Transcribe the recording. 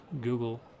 Google